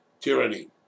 tyranny